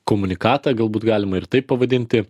komunikatą galbūt galima ir taip pavadinti